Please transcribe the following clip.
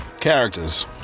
characters